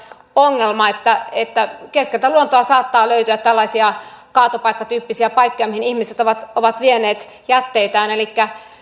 ongelma että että keskeltä luontoa saattaa löytyä tällaisia kaatopaikkatyyppisiä paikkoja mihin ihmiset ovat ovat vieneet jätteitään